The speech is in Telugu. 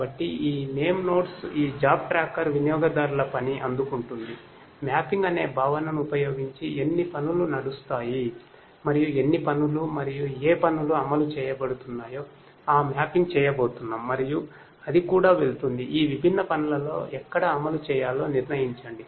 కాబట్టి ఈ నేమ్ నోడ్స్ ఈ జాబ్ ట్రాకర్ వినియోగదారుల పని అందుకుంటుంది మ్యాపింగ్ అనే భావనను ఉపయోగించి ఎన్ని పనులు నడుస్తాయి మరియు ఎన్ని పనులు మరియు ఏ పనులు అమలు చేయబోతున్నాయో ఆ మ్యాపింగ్ చేయబోతున్నాం మరియు అది కూడా వెళ్తుంది ఈ విభిన్న పనులలో ఎక్కడ అమలు చేయాలో నిర్ణయించండి